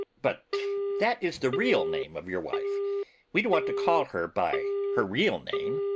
but that is the real name of your wife we don't want to call her by her real name.